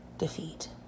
defeat